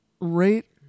Rate